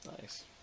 Nice